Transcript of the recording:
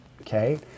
okay